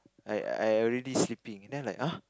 I I already sleeping then I like ah